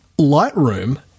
Lightroom